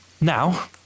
now